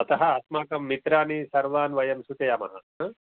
अतः अस्माकं मित्राणि सर्वान् वयं सूचयामः